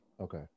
Okay